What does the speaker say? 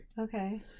okay